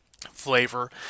flavor